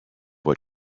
what